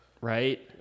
right